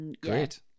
great